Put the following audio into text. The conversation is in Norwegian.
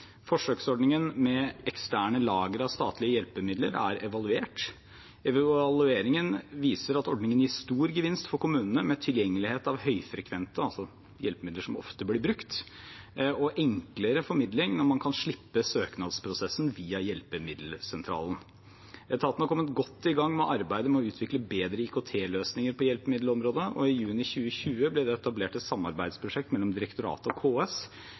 Forsøksordningen med eksterne lagre av statlige hjelpemidler er evaluert. Evalueringen viser at ordningen gir stor gevinst for kommunene med tilgjengelighet av høyfrekvente hjelpemidler, altså hjelpemidler som ofte blir brukt, og enklere formidling når man kan slippe søknadsprosessen via hjelpemiddelsentralen. Etaten har kommet godt i gang med arbeidet med å utvikle bedre IKT-løsninger på hjelpemiddelområdet, og i juni 2020 ble det etablert et samarbeidsprosjekt mellom direktoratet og KS.